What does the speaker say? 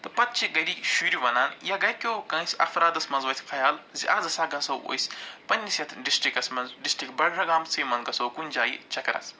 تہٕ پتہٕ چھِ گَرِکۍ شُرۍ وَنان یا گرِکیو کٲنٛسہِ افرادس منٛز وَتھِ خیال زِ آز ہَسا گَژھو أسۍ پنٛنِس یَتھ ڈسٹِکس منٛز ڈسٹِک برٕ گامسٕے منٛز گَژھو کُنہِ جایہِ چکرس